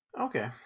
okay